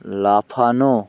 লাফানো